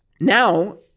Now